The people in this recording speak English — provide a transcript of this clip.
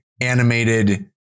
animated